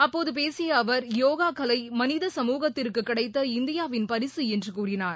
அப்போது பேசிய அவர் யோகா கலை மனித சமூகத்திற்கு கிடைத்த இந்தியாவின் பரிக என்று கூறினார்